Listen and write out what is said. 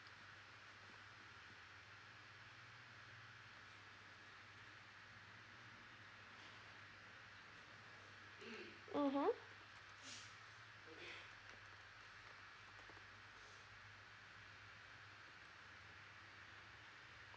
mmhmm